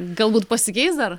galbūt pasikeis dar